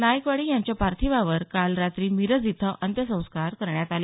नायकवडी यांच्या पार्थिवावर काल रात्री मिरज इथं अंत्यसंस्कार करण्यात आले